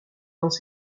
dans